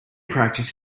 practice